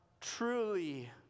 truly